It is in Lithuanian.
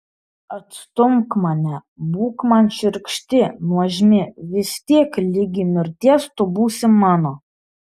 atstumk mane būk man šiurkšti nuožmi vis tiek ligi mirties tu būsi mano